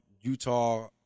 Utah –